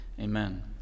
amen